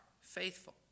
faithful